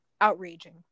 outraging